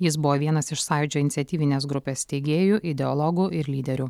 jis buvo vienas iš sąjūdžio iniciatyvinės grupės steigėjų ideologų ir lyderių